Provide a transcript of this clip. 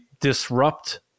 disrupt